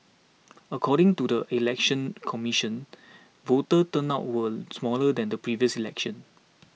according to the Election Commission voter turnout was smaller than the previous election